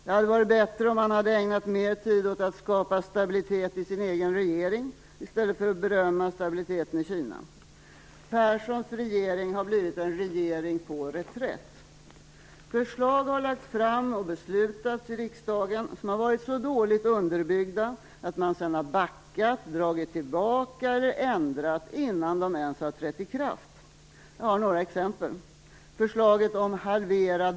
Det hade varit bättre om han hade ägnat mer tid åt att skapa stabilitet i sin egen regering i stället för att berömma stabiliteten i Kina. Perssons regering har blivit en regering på reträtt. Förslag har lagts fram och beslutats om i riksdagen som har varit så dåligt underbyggda att man har backat, dragit tillbaka och ändrat innan de ens har trätt i kraft. Jag har några exempel.